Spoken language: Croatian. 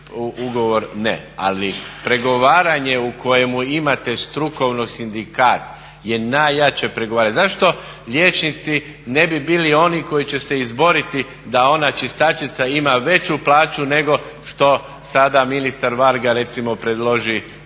ugovor ne. Ali pregovaranje u kojemu imate strukovno sindikat je najjače. Zašto liječnici ne bi bili oni koji će se izboriti da ona čistačica ima veću plaću nego što sada ministar Varga recimo predloži u